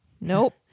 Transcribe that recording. nope